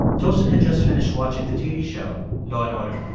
tosin had just finished watching the tv show law and order.